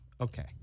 Okay